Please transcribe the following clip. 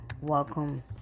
welcome